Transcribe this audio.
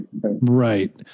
Right